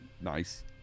Nice